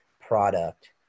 product